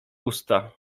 usta